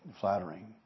flattering